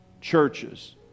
churches